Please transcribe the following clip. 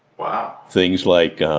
wow things like,